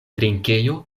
trinkejo